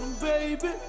Baby